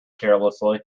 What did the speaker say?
carelessly